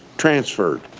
transferred,